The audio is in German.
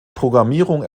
programmierung